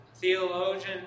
theologian